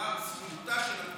אמר: זכותה של הכנסת לכל,